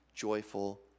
Joyful